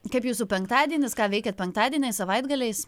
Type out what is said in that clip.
kaip jūsų penktadienis ką veikiat penktadieniais savaitgaliais